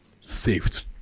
saved